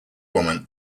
woman